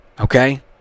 Okay